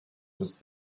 was